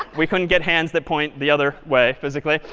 we couldn't get hands that point the other way physically.